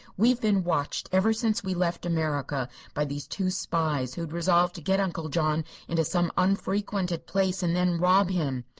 we have been watched ever since we left america, by these two spies, who had resolved to get uncle john into some unfrequented place and then rob him.